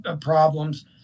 problems